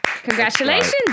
Congratulations